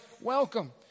welcome